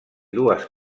dues